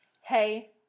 Hey